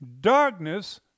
darkness